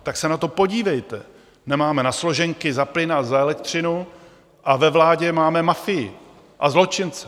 Tak se na to podívejte: nemáme na složenky za plyn a za elektřinu a ve vládě máme mafii a zločince.